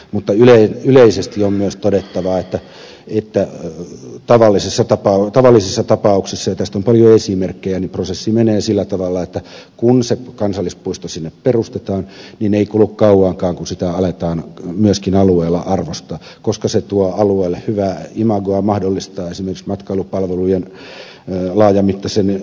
mutta yleisesti on myös todettava että tavallisissa tapauksissa ja tästä on paljon esimerkkejä prosessi menee sillä tavalla että kun kansallispuisto perustetaan niin ei kulu kauankaan kun sitä aletaan myöskin alueella arvostaa koska se tuo alueelle hyvää imagoa mahdollistaa esimerkiksi matkailupalvelujen laajamittaisen kehittämisen